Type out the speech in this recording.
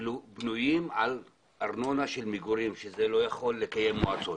בנויים על ארנונה של מגורים שזה לא יכול לקיים מועצות,